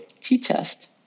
T-test